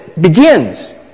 begins